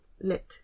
lit